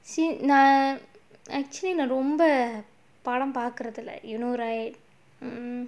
since நான்:naan actually ரொம்ப படம் பாக்குறதில்ல:romba padam pakkurathilla you know right hmm